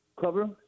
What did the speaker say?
cover